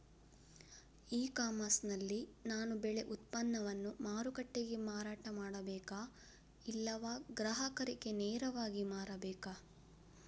E commerce ನಲ್ಲಿ ನಾನು ಬೆಳೆ ಉತ್ಪನ್ನವನ್ನು ಮಾರುಕಟ್ಟೆಗೆ ಮಾರಾಟ ಮಾಡಬೇಕಾ ಇಲ್ಲವಾ ಗ್ರಾಹಕರಿಗೆ ನೇರವಾಗಿ ಮಾರಬೇಕಾ?